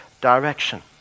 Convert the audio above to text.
direction